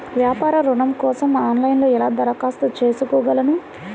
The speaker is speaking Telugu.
వ్యాపార ఋణం కోసం ఆన్లైన్లో ఎలా దరఖాస్తు చేసుకోగలను?